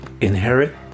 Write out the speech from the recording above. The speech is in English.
inherit